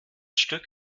stück